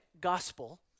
gospel